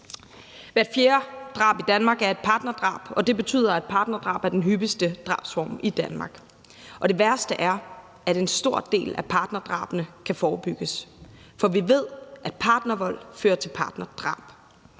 Hvert fjerde drab i Danmark er et partnerdrab, og det betyder, at partnerdrab er den hyppigste drabsform i Danmark. Det værste er, at en stor del af partnerdrabene kan forebygges, for vi ved, at partnervold fører til partnerdrab.